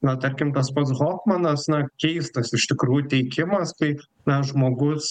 na tarkim tas pats hofmanas na keistas iš tikrųjų teikimas kai na žmogus